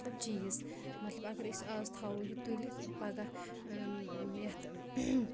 مطلب چیٖز مطلب اگر أسۍ اَز تھاوَو یہِ تُلِتھ پَگاہ یَتھ